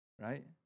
right